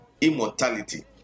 immortality